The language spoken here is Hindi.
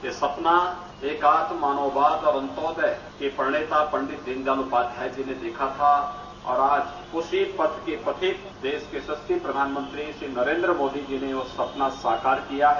यह सपना एकात्म मानववाद का अन्तयोदय यह प्रेरणा पंडित दीन दयाल उपाध्याय जी ने देखा था और आज उसी पथ के पथित देश के यशस्वी प्रधानमंत्री श्री नरेन्द्र मोदी जी वह सपना साकार किया है